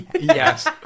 Yes